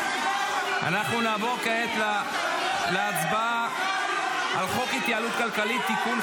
--- אנחנו נעבור כעת להצבעה על הצעת חוק ההתייעלות הכלכלית (תיקוני